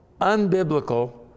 unbiblical